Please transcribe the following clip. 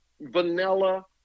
vanilla